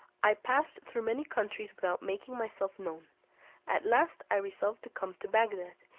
i passed through many countries without making myself known at last i resolved to come to bagdad,